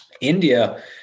India